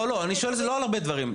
לא, אני שואל לא על הרבה דברים.